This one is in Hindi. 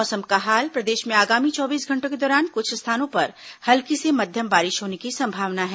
मौसम प्रदेश में आगामी चौबीस घंटों के दौरान कुछ स्थानों पर हल्की से मध्यम बारिश होने की संभावना है